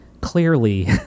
clearly